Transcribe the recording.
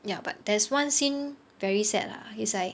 ya but there's one scene very sad lah is like